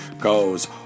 goes